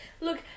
look